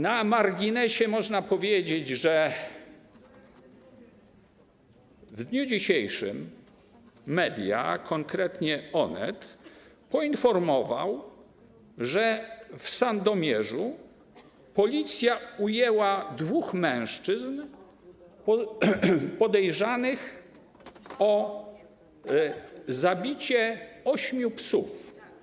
Na marginesie można powiedzieć, że w dniu dzisiejszym media, konkretnie Onet, poinformowały, że w Sandomierzu Policja ujęła dwóch mężczyzn podejrzanych o zabicie ośmiu psów.